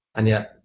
and yet,